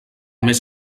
més